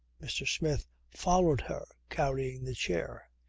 mr. smith followed her carrying the chair.